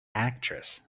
actress